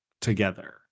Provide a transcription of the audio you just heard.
together